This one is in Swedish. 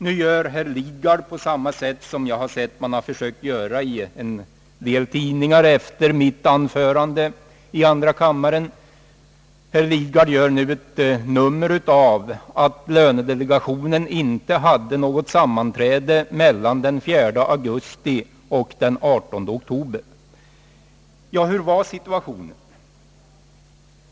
Nu försöker herr Lidgard, på samma sätt som en del tidningar efter mitt anförande i andra kammaren, göra ett nummer av att lönedelegationen inte hade något sammanträde mellan den 4 augusti och den 18 oktober. Ja, hur var situationen?